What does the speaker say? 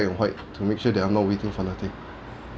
and white to make sure that I'm not waiting for nothing